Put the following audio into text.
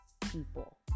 people